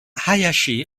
hayashi